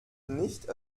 nicht